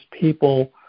people